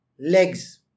legs